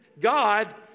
God